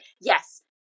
Yes